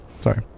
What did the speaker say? Sorry